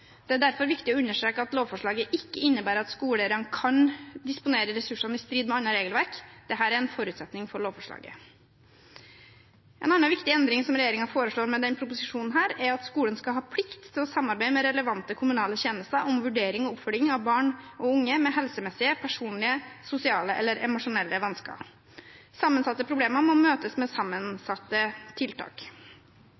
Det er derfor viktig å understreke at lovforslaget ikke innebærer at skoleeierne kan disponere ressursene i strid med annet regelverk. Dette er en forutsetning for lovforslaget. En annen viktig endring som regjeringen foreslår med denne proposisjonen, er at skolen skal ha plikt til å samarbeide med relevante kommunale tjenester om vurdering og oppfølging av barn og unge med helsemessige, personlige, sosiale eller emosjonelle vansker. Sammensatte problemer må møtes med